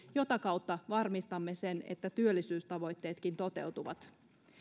mitä kautta varmistamme sen että työllisyystavoitteetkin toteutuvat